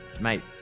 Mate